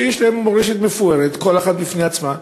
שיש להן מורשת מפוארת כל אחת בפני עצמה,